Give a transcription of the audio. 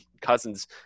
Cousins